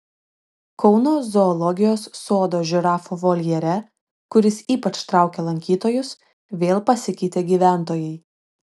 kauno zoologijos sodo žirafų voljere kuris ypač traukia lankytojus vėl pasikeitė gyventojai